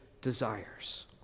desires